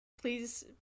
Please